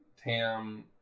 Tam